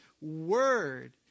word